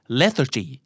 lethargy